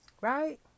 right